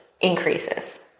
increases